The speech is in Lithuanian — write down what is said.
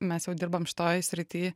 mes jau dirbam šioj srity